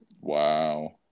wow